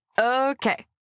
Okay